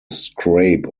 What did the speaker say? scrape